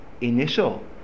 initial